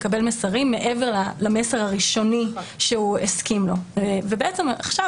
לקבל מסרים מעבר למסר הראשוני שהוא הסכים לו ובעצם עכשיו